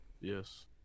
Yes